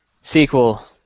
sequel